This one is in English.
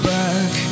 back